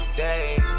days